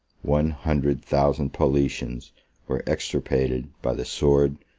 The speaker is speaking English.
one hundred thousand paulicians were extirpated by the sword,